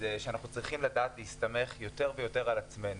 אנחנו צריכים לדעת להסתמך יותר ויותר על עצמנו,